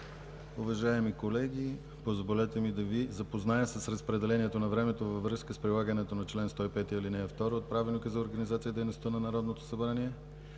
Уважаеми колеги, позволете ми да Ви запозная с разпределението на времето във връзка с прилагането на чл. 105, ал. 2 от Правилника за организацията и дейността на Народното събрание.